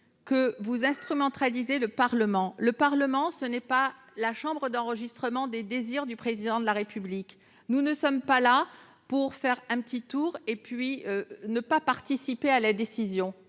que vous instrumentalisiez le Parlement. Le Parlement n'est pas la chambre d'enregistrement des désirs du Président de la République ! Nous ne sommes pas là pour faire un petit tour sans participer à la décision